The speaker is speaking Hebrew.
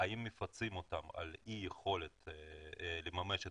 האם מפצים אותם על אי-יכולת לממש את